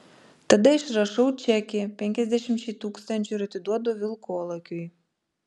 tada išrašau čekį penkiasdešimčiai tūkstančių ir atiduodu vilkolakiui